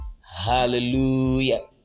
hallelujah